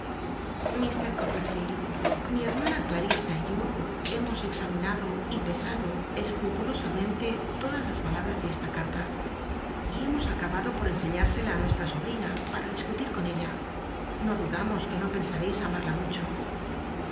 mr copperfield mi hermana clal'isa y yo hemos examinado y pesado escrupulosamente todas las palabms de esta carta y hemos acabado por cnseñársela á nuestra sobrina para discutil con ella no dudamos que no pensareis amarla mucho